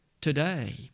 Today